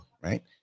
right